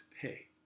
pay